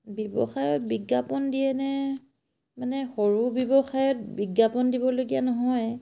ব্যৱসায়ত বিজ্ঞাপন দিয়েনে মানে সৰু ব্যৱসায়ত বিজ্ঞাপন দিবলগীয়া নহয়